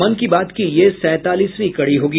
मन की बात की यह सैंतालीसवीं कड़ी होगी